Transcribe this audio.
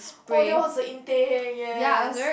oh that was the in thing yes